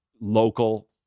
local